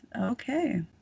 okay